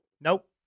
Nope